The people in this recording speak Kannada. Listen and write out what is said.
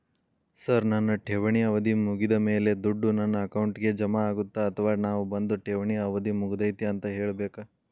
ಸರ್ ನನ್ನ ಠೇವಣಿ ಅವಧಿ ಮುಗಿದಮೇಲೆ, ದುಡ್ಡು ನನ್ನ ಅಕೌಂಟ್ಗೆ ಜಮಾ ಆಗುತ್ತ ಅಥವಾ ನಾವ್ ಬಂದು ಠೇವಣಿ ಅವಧಿ ಮುಗದೈತಿ ಅಂತ ಹೇಳಬೇಕ?